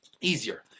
easier